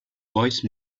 wise